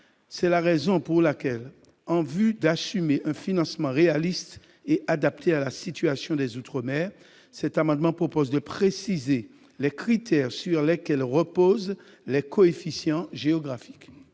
C'est la raison pour laquelle, en vue d'assurer un financement réaliste et adapté à la situation des outre-mer, cet amendement vise à préciser les critères sur lesquels reposent les coefficients géographiques.